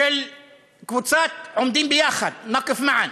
של קבוצת "עומדים ביחד", (בערבית: "עומדים ביחד",)